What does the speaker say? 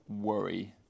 worry